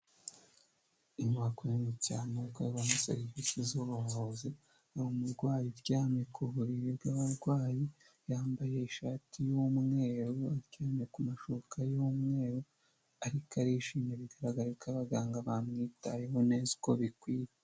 Inkwato nini cyane abone serivisi z'ubuvuvuzi hari umurwayi uryamye ku buriri bw'abarwayi yambaye ishati y'umweru cyane ku mashuka y'umweru ariko yishimye bigaragara ko abaganga bamwitayeho neza uko bikwiye.